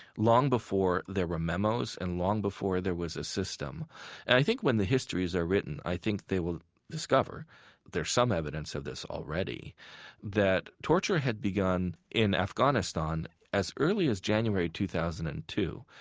long before there were memos and long before there was a system. and i think when the histories are written i think they will discover there is some evidence of this already that torture had begun in afghanistan as early as january two thousand and two,